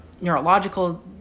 neurological